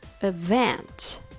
EVENT